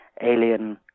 alien